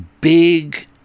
big